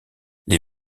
les